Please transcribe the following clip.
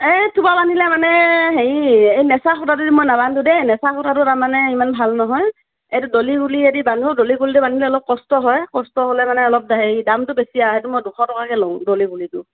এই মানে হেৰি নেচাৰ সূতাটো দি মই নেজানিলো দেই নেচাৰ সূতাটো তাৰমানে ইমান ভাল নহয় এইটো দলি গুলিৱেদি বানো দলি গুলিটো বানিলে অলপ কষ্ট হয় কষ্ট হ'লে মানে অলপ হেৰি দামটো বেছি আৰু সেইটো মই দুশ টকাকৈ লওঁ দলি গুলিটো